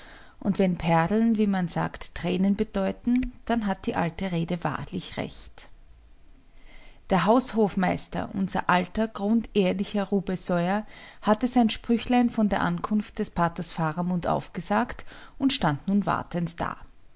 und wenn perlen wie man sagt tränen bedeuten dann hat die alte rede wahrlich recht der haushofmeister unser alter grundehrlicher rubesoier hatte sein sprüchlein von der ankunft des paters faramund aufgesagt und stand nun wartend da